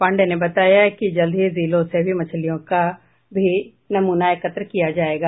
पाण्डेय ने बताया जल्द ही जिलों से भी मछलियों का भी नमूना एकत्र किया जायेगा